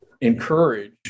encourage